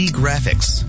graphics